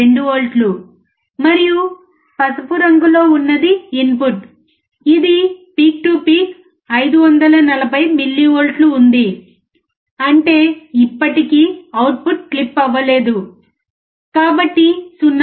2 వోల్ట్లు మరియు పసుపు రంగు లో ఉన్నది ఇన్పుట్ ఇది పిక్ టు పిక్ 540 మిల్లీవోల్ట్ల ఉంది అంటే ఇప్పటికీ అవుట్పుట్ క్లిప్ అవ్వలేదు కాబట్టి 0